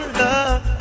love